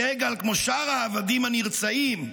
סגל, כמו שאר העבדים הנרצעים,